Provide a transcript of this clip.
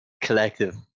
collective